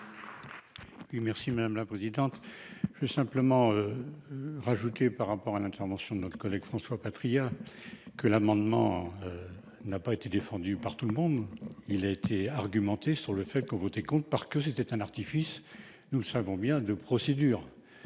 Merci madame la présidente, je ai simplement. Rajouter par rapport à l'intervention de notre collègue François Patriat que l'amendement. N'a pas été défendue par tout le monde. Il a été argumenter sur le fait que voter compte parce que c'était un artifice, nous le savons bien de procédure.